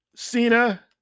Cena